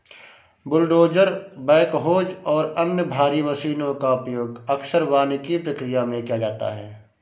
bulldozer backhoes और अन्य भारी मशीनों का उपयोग अक्सर वानिकी प्रक्रिया में किया जाता है